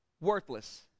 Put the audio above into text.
worthless